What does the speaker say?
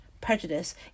prejudice